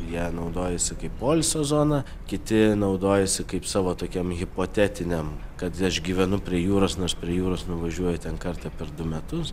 ja naudojasi kaip poilsio zona kiti naudojasi kaip savo tokiam hipotetiniam kad aš gyvenu prie jūros nors prie jūros nuvažiuoju ten kartą per du metus